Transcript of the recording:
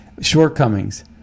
shortcomings